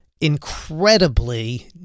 incredibly